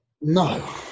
No